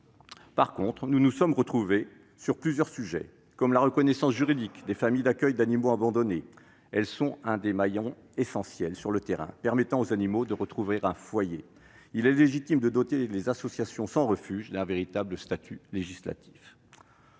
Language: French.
revanche, nous nous sommes retrouvés sur plusieurs sujets, en particulier celui de la reconnaissance juridique des familles d'accueil d'animaux abandonnés. Ces dernières sont l'un des maillons essentiels qui, sur le terrain, permettent aux animaux de retrouver un foyer. Il est légitime de doter les associations sans refuge d'un véritable statut législatif.